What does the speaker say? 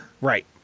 Right